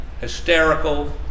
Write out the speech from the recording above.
hysterical